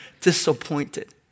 disappointed